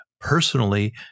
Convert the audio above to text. Personally